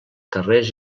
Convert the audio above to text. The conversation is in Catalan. carrers